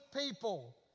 people